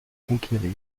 conquérir